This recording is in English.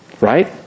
right